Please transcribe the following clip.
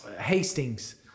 Hastings